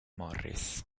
morris